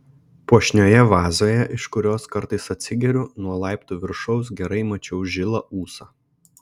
puošnioje vazoje iš kurios kartais atsigeriu nuo laiptų viršaus gerai mačiau žilą ūsą